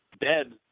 dead